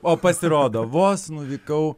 o pasirodo vos nuvykau